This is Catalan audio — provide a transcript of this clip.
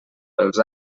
pels